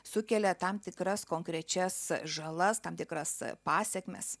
sukelia tam tikras konkrečias žalas tam tikras pasekmes